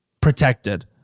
protected